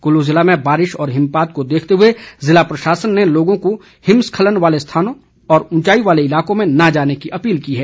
कुल्लू ज़िले में बारिश व हिमपात को देखते हए जिला प्रशासन ने लोगों को हिमस्खलन वाले स्थानों व ऊंचाई वाले इलाकों में न जाने की अपील की है